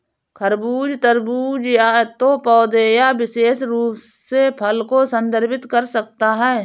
खरबूज, तरबूज या तो पौधे या विशेष रूप से फल को संदर्भित कर सकता है